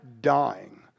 dying